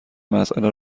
مساله